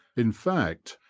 in fact,